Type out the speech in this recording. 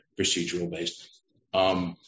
procedural-based